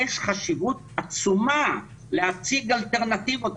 יש חשיבות עצומה להציג אלטרנטיבות.